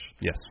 Yes